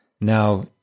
Now